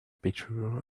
picture